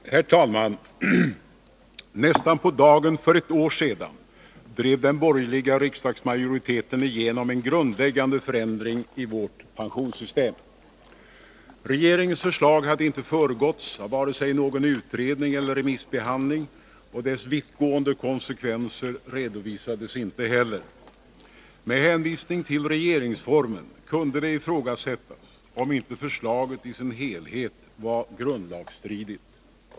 basbeloppet, Herr talman! Nästan på dagen för ett år sedan drev den borgerliga m.m. riksdagsmajoriteten igenom en grundläggande förändring i vårt pensionssystem. Regeringens förslag hade inte föregåtts av vare sig någon utredning eller remissbehandling, och dess vittgående konsekvenser redovisades inte heller. Med hänvisning till regeringsformen kunde det ifrågasättas, om inte förslaget i sin helhet var grundlagsstridigt.